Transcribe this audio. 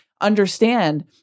understand